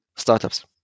startups